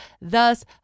Thus